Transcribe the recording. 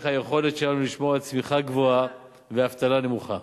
היכולת שלנו לשמור על צמיחה גבוהה ואבטלה נמוכה.